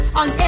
on